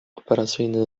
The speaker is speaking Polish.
operacyjny